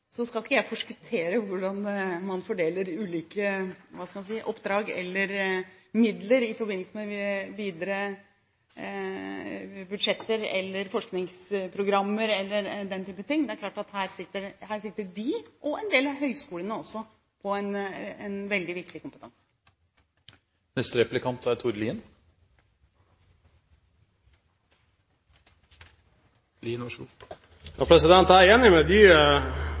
Så skal ikke jeg forskuttere hvordan man fordeler ulike – hva skal man si – oppdrag, eller midler, i forbindelse med videre budsjetter, forskningsprogrammer eller den type ting. Det er klart at her sitter de – og en del av høyskolene også – på en veldig viktig kompetanse. Jeg er enig med de talerne som har ment at man bare på ett punkt er